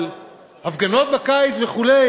על הפגנות הקיץ וכו',